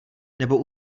nebo